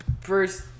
First